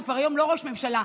שהיום כבר לא ראש ממשלה,